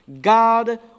God